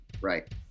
Right